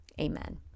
Amen